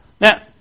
Now